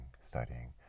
studying